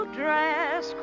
dress